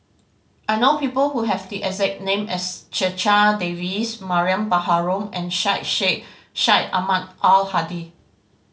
I know people who have the exact name as Checha Davies Mariam Baharom and Syed Sheikh Syed Ahmad Al Hadi